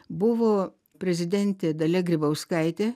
buvo prezidentė dalia grybauskaitė